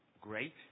great